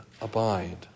abide